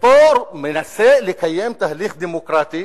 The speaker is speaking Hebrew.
ופה הוא מנסה לקיים תהליך דמוקרטי,